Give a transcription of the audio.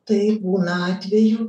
taip būna atvejų